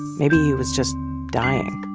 maybe he was just dying